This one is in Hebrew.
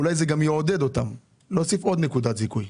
אולי זה גם יעודד אותם להוסיף לתקופה עוד נקודת זיכוי.